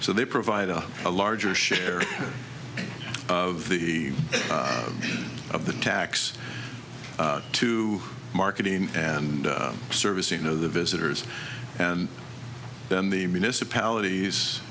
so they provide a larger share of the of the tax to marketing and service you know the visitors and then the municipalities